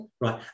right